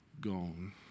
gone